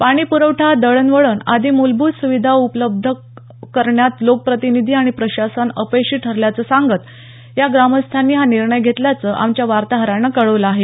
पाणी पुरवठा दळणवळण आदी मूलभूत सुविधा देण्यात लोकप्रतिनिधी आणि प्रशासन अपयशी ठरल्याचं सांगत या ग्रामस्थांनी हा निर्णय घेतल्याचं आमच्या वार्ताहरानं कळवलं आहे